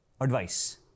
advice